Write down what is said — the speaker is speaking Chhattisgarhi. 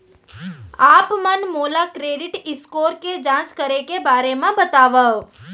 आप मन मोला क्रेडिट स्कोर के जाँच करे के बारे म बतावव?